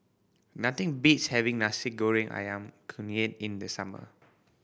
nothing beats having Nasi Goreng Ayam Kunyit in the summer